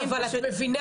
אבל את מבינה